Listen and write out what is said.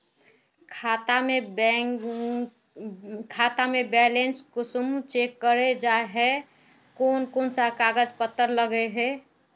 खाता में बैलेंस कुंसम चेक करे जाय है कोन कोन सा कागज पत्र लगे है?